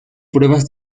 pruebas